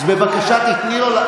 אז בבקשה תיתני לו,